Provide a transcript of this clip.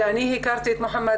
כשאני הכרתי את מוחמד,